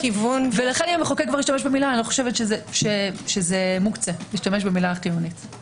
חיונית להוכחת האישום כמו חיונית להגנת